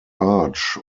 arch